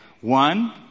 One